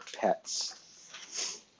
pets